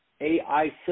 AI